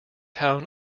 town